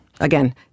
Again